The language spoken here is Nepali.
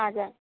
हजुर